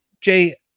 Jay